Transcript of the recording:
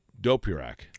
Dopirak